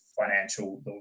financial